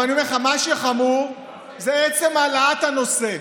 אבל אני אומר לך, מה שחמור זה עצם העלאת הנושא.